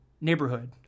neighborhood